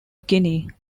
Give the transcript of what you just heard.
guinea